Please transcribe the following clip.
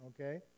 okay